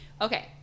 Okay